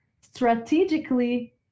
strategically